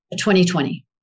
2020